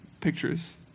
pictures